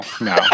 no